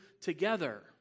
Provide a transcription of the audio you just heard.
together